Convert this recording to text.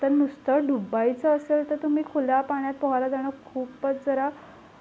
तर नुसतं डुंबायचं असेल तर तुम्ही खुल्या पाण्यात पोहायला जाणं खूपच जरा